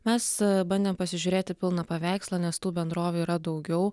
mes bandėm pasižiūrėti pilną paveikslą nes tų bendrovių yra daugiau